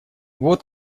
вот